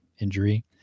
injury